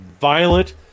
violent